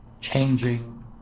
changing